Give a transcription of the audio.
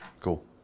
cool